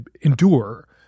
endure